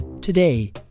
Today